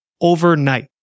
overnight